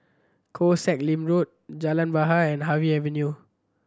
Koh Sek Lim Road Jalan Bahar and Harvey Avenue